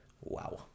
Wow